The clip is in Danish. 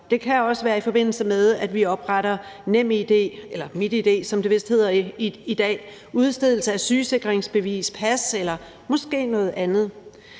det kan også være i forbindelse med, at vi opretter NemID eller MitID, som det vist hedder i dag, udstedelse af sygesikringsbevis, pas eller måske noget andet.